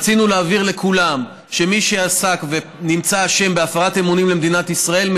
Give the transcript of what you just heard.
רצינו להבהיר לכולם שמי שעסק ונמצא אשם בהפרת אמונים למדינת ישראל,